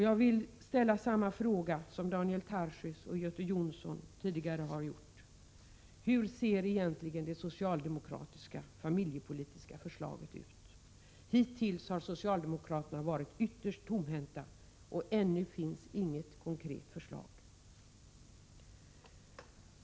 Jag vill nu ställa samma fråga som Daniel Tarschys och Göte Jonsson har gjort: Hur ser det socialdemokratiska familjepolitiska förslaget ut? Hittills har ju socialdemokraterna varit ytterst tomhänta, och ännu finns inget konkret förslag.